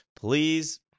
please